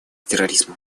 терроризмом